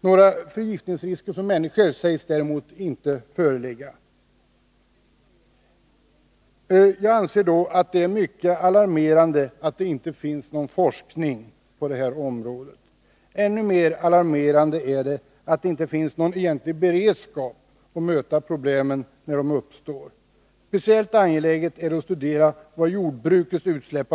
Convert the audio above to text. Några förgiftningsrisker för människor sägs däremot inte föreligga. Jag anser därför att det är mycket alarmerande att det inte finns någon forskning på det här området. Ännu mer alarmerande är att det inte finns någon egentlig beredskap för att möta problemen när de uppstår. Speciellt angeläget är det att studera vad jordbrukets utsläpp